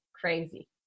crazy